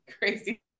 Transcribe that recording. crazy